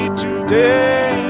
today